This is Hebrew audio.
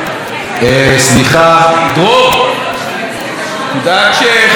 דרור, תדאג שחבריי בסיעת הליכוד יאפשרו לי,